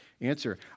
Answer